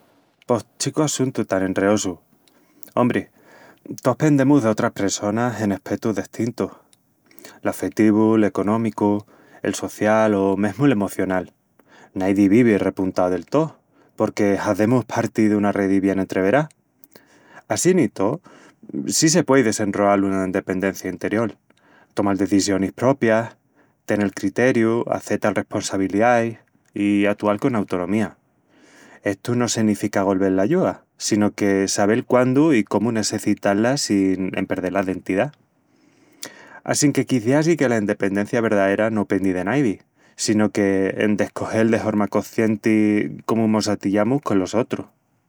Pos chicu assuntu tan enreosu... Ombri, tós pendemus d'otras pressonas en espetus destintus. L'afetivu, l'económicu, el social o mesmu l'emocional... Naidi vivi repuntau del tó, porque hazemus parti duna redi bien entreverá. Assín i tó, sí se puei desenroal una endependencia interiol,: tomal decisionis propias, tenel criteriu, acetal responsabiliais i atual con autonomía... Estu no senifica golvel l'ayúa, sino que sabel quándu i cómu nessecitá-la sin en perdel la dentidá. Assinque quiciás i que la endependencia verdaera no pendi de naidi, sino que en descogel de horma coscienti cómu mos atillamus colos otrus.